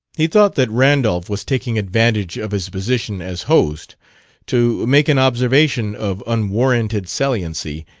he thought that randolph was taking advantage of his position as host to make an observation of unwarranted saliency,